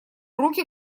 руки